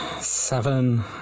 Seven